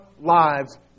lives